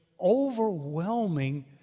overwhelming